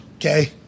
okay